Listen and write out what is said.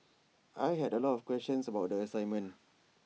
I had A lot of questions about the assignment